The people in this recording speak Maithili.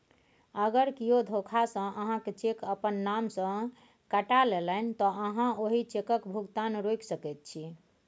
अगर कियो धोखासँ अहाँक चेक अपन नाम सँ कटा लेलनि तँ अहाँ ओहि चेकक भुगतान रोकि सकैत छी